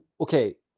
Okay